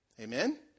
Amen